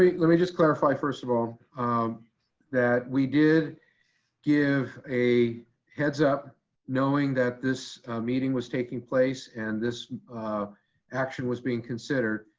let me just clarify first of all, um that we did give a heads up knowing that this meeting was taking place and this action was being considered.